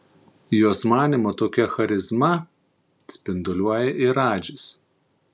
jos manymu tokią charizmą spinduliuoja ir radžis